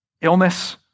illness